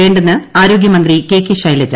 വേണ്ടെന്ന് ആരോഗ്യമന്ത്രി K K Shailaja